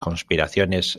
conspiraciones